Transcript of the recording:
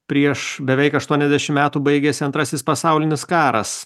prieš beveik aštuoniasdešimt metų baigėsi antrasis pasaulinis karas